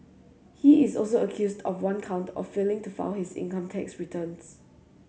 he is also accused of one count of failing to file his income tax returns